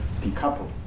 decouple